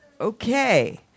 Okay